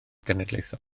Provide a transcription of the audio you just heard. genedlaethol